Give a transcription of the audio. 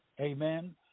Amen